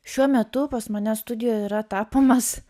šiuo metu pas mane studijoje yra tapomas